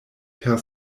per